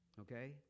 Okay